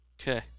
Okay